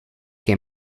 que